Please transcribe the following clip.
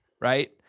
right